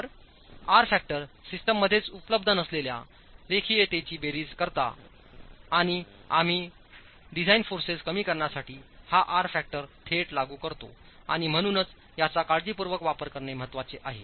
तर R factor सिस्टीममध्येच उपलब्ध नसलेल्या रेखीयतेची बेरीज करतो आणि आम्ही डिझाइन फोर्सेस कमी करण्यासाठी हा आर फॅक्टर थेट लागू करतो आणि म्हणूनचयाचा काळजीपूर्वक वापरकरणे महत्वाचे आहे